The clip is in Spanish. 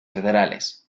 federales